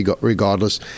regardless